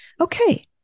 Okay